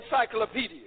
Encyclopedia